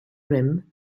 rim